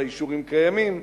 כל האישורים קיימים.